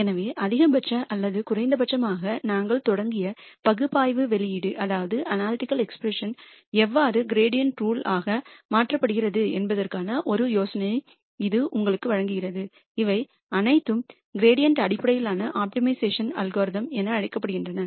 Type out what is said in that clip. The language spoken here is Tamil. எனவே அதிகபட்ச அல்லது குறைந்தபட்சமாக நாங்கள் தொடங்கிய பகுப்பாய்வு வெளிப்பாடு எவ்வாறு கிரீடியண்ட்ரூல் ஆக மாற்றப்படுகிறது என்பதற்கான ஒரு யோசனையை இது உங்களுக்கு வழங்குகிறது இவை அனைத்தும் கிரீடியண்ட்அடிப்படையிலான ஆப்டிமைசேஷன் அல்காரிதம் என அழைக்கப்படுகின்றன